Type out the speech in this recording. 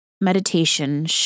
meditation